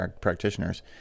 practitioners